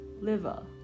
liver